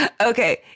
Okay